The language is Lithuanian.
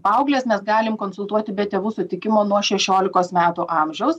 paaugles mes galim konsultuoti be tėvų sutikimo nuo šešiolikos metų amžiaus